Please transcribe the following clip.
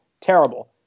terrible